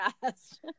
fast